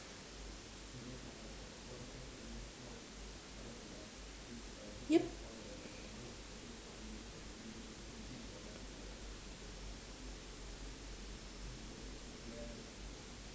yup